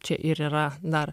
čia ir yra dar